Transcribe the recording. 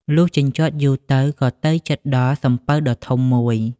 លុះជញ្ជាត់យូរទៅ ក៏ទៅជិតដល់សំពៅដ៏ធំមួយ។